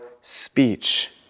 speech